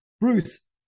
Bruce